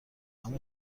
اما